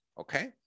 okay